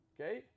Okay